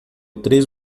três